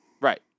Right